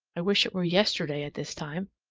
i wish it were yesterday at this time.